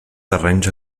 terrenys